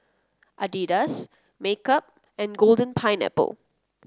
Adidas MKUP and Golden Pineapple